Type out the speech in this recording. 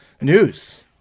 news